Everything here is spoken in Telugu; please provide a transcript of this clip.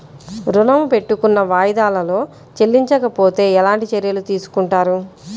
ఋణము పెట్టుకున్న వాయిదాలలో చెల్లించకపోతే ఎలాంటి చర్యలు తీసుకుంటారు?